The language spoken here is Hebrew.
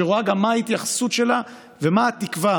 שמראה גם מה ההתייחסות שלה ומה התקווה,